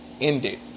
ended